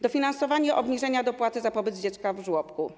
Dofinasowanie obniżenia dopłaty za pobyt dziecka w żłobku.